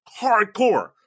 hardcore